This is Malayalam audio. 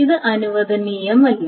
ഇത് അനുവദനീയമല്ല